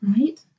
Right